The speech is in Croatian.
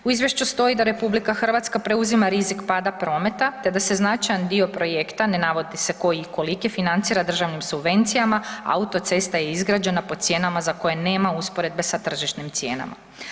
U Izvješću stoji da Republika Hrvatska preuzima rizik pada prometa te da se značajan dio projekta ne navodi se koji i koliki financira državnim subvencijama, autocesta je izgrađena po cijenama za koje nema usporedbe sa tržišnim cijenama.